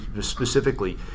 specifically